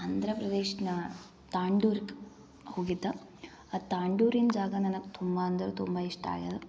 ಆಂಧ್ರಪ್ರದೇಶ್ನ ತಾಂಡೂರ್ಕೆ ಹೋಗಿದ್ದೆ ಆ ತಾಂಡೂರಿನ ಜಾಗ ನನಗೆ ತುಂಬ ಅಂದರೆ ತುಂಬ ಇಷ್ಟ ಆಗಿದೆ